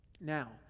Now